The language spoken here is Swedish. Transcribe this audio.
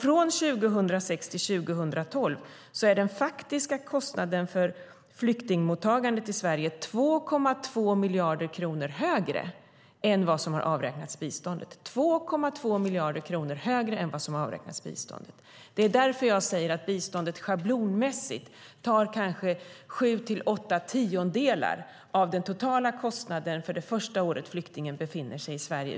Från 2006 till 2012 var den faktiska kostnaden för flyktingmottagandet i Sverige 2,2 miljarder kronor högre än vad som är avräknats från biståndet. Det är därför jag säger att biståndet schablonmässigt kanske upptar sju åtta tiondelar av den totala kostnaden för det första året flyktingen befinner sig i Sverige.